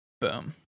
Boom